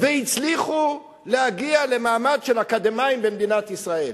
והצליחו להגיע למעמד של אקדמאים במדינת ישראל.